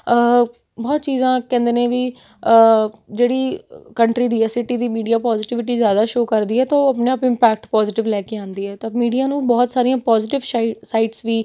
ਬਹੁਤ ਚੀਜ਼ਾਂ ਕਹਿੰਦੇ ਨੇ ਵੀ ਜਿਹੜੀ ਕੰਟਰੀ ਦੀ ਹੈ ਸਿਟੀ ਦੀ ਮੀਡੀਆ ਪੋਜੀਟਿਵਿਟੀ ਜ਼ਿਆਦਾ ਸ਼ੋਅ ਕਰਦੀ ਹੈ ਤਾਂ ਉਹ ਆਪਣੇ ਆਪ ਇਮਪੈਕਟ ਪੋਜੀਟਿਵ ਲੈ ਕੇ ਆਉਂਦੀ ਹੈ ਤਾਂ ਮੀਡੀਆ ਨੂੰ ਬਹੁਤ ਸਾਰੀਆਂ ਪੋਜੀਟਿਵ ਸਾਈਡਸ ਵੀ